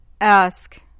Ask